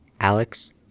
Alex